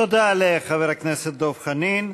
תודה לחבר הכנסת דב חנין.